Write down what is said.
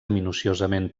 minuciosament